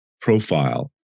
profile